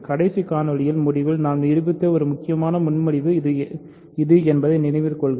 கடைசி காணொளியின் முடிவில் நாம் நிரூபித்த ஒரு முக்கியமான முன்மொழிவு இது என்பதை நினைவில் கொள்க